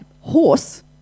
horse